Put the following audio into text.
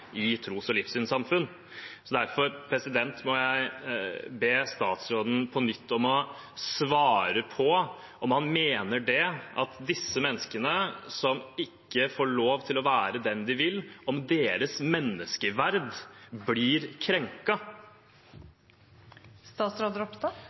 i tros- og livssynssamfunn. Derfor må jeg be statsråden på nytt om å svare på om han mener at menneskeverdet til disse menneskene som ikke får lov til å være den de vil være, blir krenket. Dersom mennesker blir